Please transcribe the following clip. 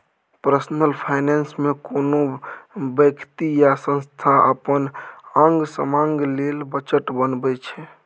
personal finance मे कोनो बेकती या संस्था अपन आंग समांग लेल बजट बनबै छै